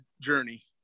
journey